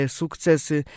sukcesy